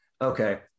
Okay